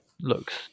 looks